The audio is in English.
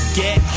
get